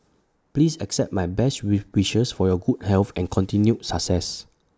please accept my best wish wishes for your good health and continued success